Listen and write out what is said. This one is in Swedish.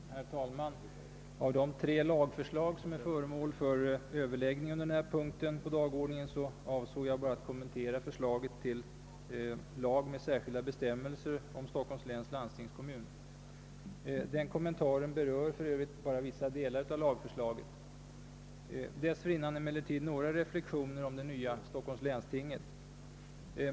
Herr talman! Av de tre lagförslag som är föremål för överläggning under denna punkt på dagordningen avser jag bara att kommentera förslaget till lag med : särskilda . bestämmelser om Stockholms Jläns landstingskommun. Den kommentaren berör för övrigt bara vissa delar av lagförslaget. Dessförinnan vill jag emellertid bara göra några reflexioner om det nya stockholmslandstinget.